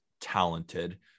talented